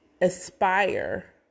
aspire